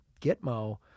Gitmo